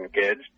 kids